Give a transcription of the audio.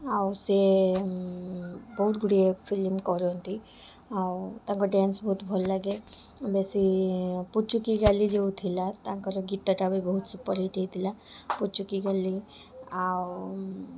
ଆଉ ସେ ବହୁତ ଗୁଡ଼ିଏ ଫିଲ୍ମ କରନ୍ତି ଆଉ ତାଙ୍କ ଡ୍ୟାନ୍ସ ବହୁତ ଭଲ ଲାଗେ ବେଶି ପୁଚୁକି ଗାଲି ଯେଉଁ ଥିଲା ତାଙ୍କର ଗୀତଟା ବି ବହୁତ ସୁପରହିଟ୍ ହେଇଥିଲା ପୁଚୁକି ଗାଲି ଆଉ